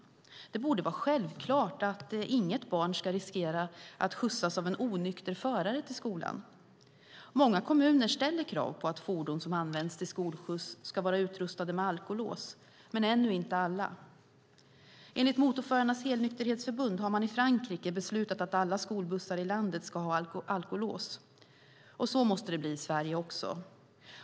Det borde vara självklart att inget barn ska riskera att skjutsas av en onykter förare till skolan. Många kommuner ställer krav på att fordon som används till skolskjuts ska vara utrustade med alkolås men ännu inte alla. Enligt Motorförarnas helnykterhetsförbund har man i Frankrike beslutat att alla skolbussar i landet ska ha alkolås. Så måste det bli även i Sverige.